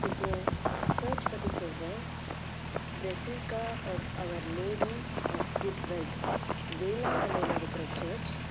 இப்போது சர்ச் பற்றி சொல்கிறேன் basilica of our lady of good health வேளாங்கண்ணில இருக்கிற சர்ச்